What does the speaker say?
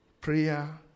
Prayer